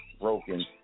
broken